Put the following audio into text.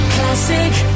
Classic